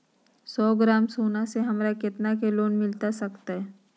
सौ ग्राम सोना से हमरा कितना के लोन मिलता सकतैय?